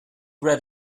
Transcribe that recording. red